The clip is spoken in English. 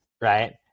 right